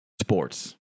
Sports